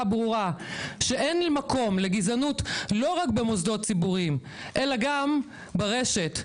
ברורה שאין מקום לגזענות לא רק במוסדות ציבוריים אלא גם ברשת,